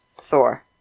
Thor